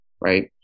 right